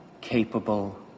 capable